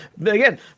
again